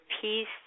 peace